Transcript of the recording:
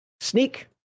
Sneak